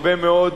הרבה מאוד